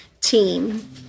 team